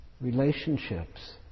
Relationships